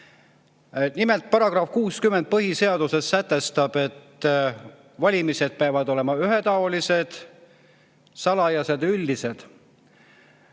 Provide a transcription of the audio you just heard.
Nimelt, põhiseaduse § 60 sätestab, et valimised peavad olema ühetaolised, salajased ja üldised.